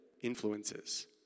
influences